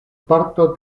parto